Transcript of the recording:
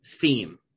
theme